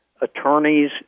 attorneys